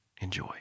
Enjoy